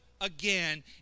again